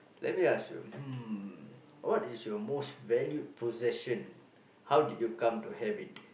let me ask you hmm what is your most valued possession how did you come to have it